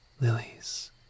lilies